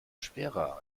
schwerer